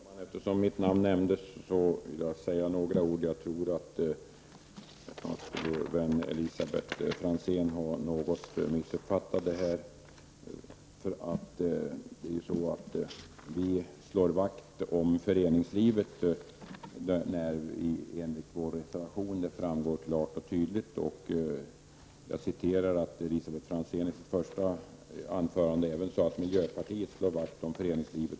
Herr talman! Eftersom mitt namn nämndes alldeles nyss vill jag säga några ord. Jag tror att Elisabet Franzén något har missuppfattat vad som sagts här. Vi slår nämligen vakt om föreningslivet. Det framgår klart och tydligt av reservationen. Jag upprepar vad Elisabet Franzén sade i sitt första anförande, att även miljöpartiet slår vakt om föreningslivet.